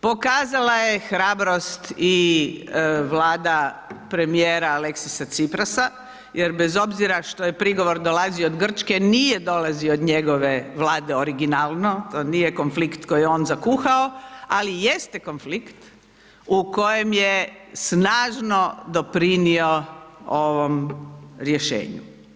Pokazala je hrabrost i Vlada premijera Aleksisa Ciprasa jer bez obzira što je prigovor dolazio od Grčke, nije dolazio od njegove Vlade originalno, to nije konflikt koji je on zakuhao, ali jeste konflikt u kojem je snažno doprinio ovom rješenju.